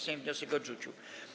Sejm wniosek odrzucił.